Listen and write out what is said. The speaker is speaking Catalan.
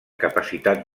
capacitat